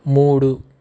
మూడు